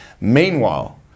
meanwhile